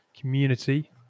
community